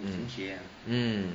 mm mm mm